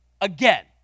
again